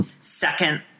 second